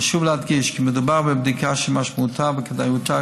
חשוב להדגיש כי מדובר בבדיקה שמשמעותה וכדאיותה